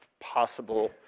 possible